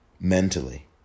mentally